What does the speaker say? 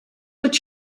what